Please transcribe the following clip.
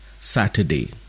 Saturday